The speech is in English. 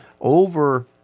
over